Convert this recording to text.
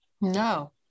no